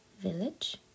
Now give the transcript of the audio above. village